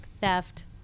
theft